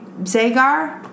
Zagar